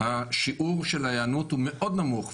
השיעור של ההיענות הוא מאוד נמוך,